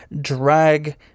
drag